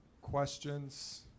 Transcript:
questions